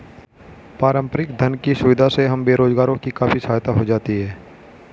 प्रारंभिक धन की सुविधा से हम बेरोजगारों की काफी सहायता हो जाती है